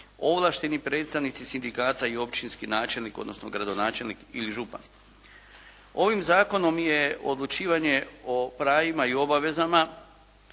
ovlašteni predstavnici sindikata i općinski načelnik, odnosno gradonačelnik ili župan. Ovim zakonom je odlučivanje o pravima i obavezama